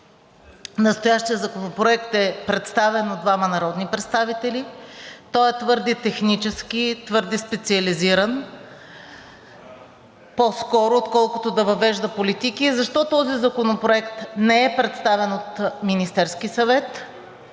Настоящият законопроект е представен от двама народни представители, той е твърде технически, твърде специализиран по-скоро, отколкото да въвежда политики. Защо този законопроект не е представен от Министерския съвет,